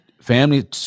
Family